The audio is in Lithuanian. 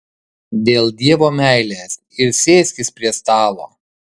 dėl dievo meilės ir sėskis prie stalo